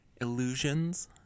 Illusions